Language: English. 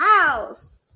house